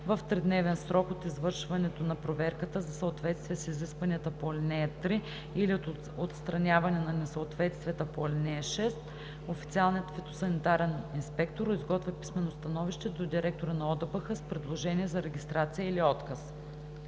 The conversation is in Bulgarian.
В тридневен срок от извършването на проверката за съответствие с изискванията по ал. 3 или от отстраняване на несъответствията по ал. 6, официалният фитосанитарен инспектор изготвя писмено становище до директора на ОДБХ с предложение за регистрация или отказ.“